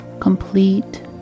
complete